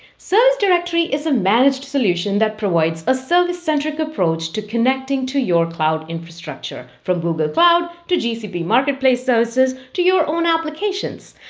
service directory is a managed solution that provides a service-centric approach to connecting to your cloud infrastructure, from google cloud, to gcp marketplace services, to your own applications.